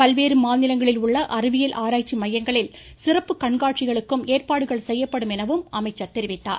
பல்வேறு மாநிலங்களில் உள்ள அறிவியல் ஆராய்ச்சி மையங்களில் சிறப்பு கண்காட்சிகளுக்கும் ஏற்பாடுகள் செய்யப்படும் எனவும் அவர் தெரிவித்தார்